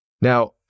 Now